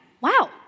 wow